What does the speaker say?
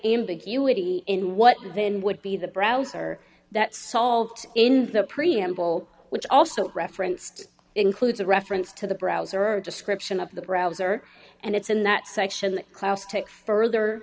ambiguity in what then would be the browser that salt in the preamble which also referenced includes a reference to the browser or description of the browser and it's in that section